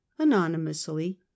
Anonymously